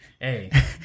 Hey